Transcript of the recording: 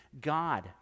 God